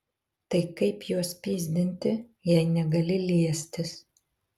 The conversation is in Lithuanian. tai kaip juos pyzdinti jei negali liestis